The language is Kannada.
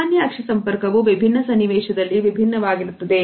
ಸಾಮಾನ್ಯ ಅಕ್ಷಿ ಸಂಪರ್ಕವು ವಿಭಿನ್ನ ಸನ್ನಿವೇಶದಲ್ಲಿ ವಿಭಿನ್ನವಾಗಿರುತ್ತದೆ